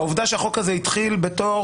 העובדה שהחוק הזה התחיל בתור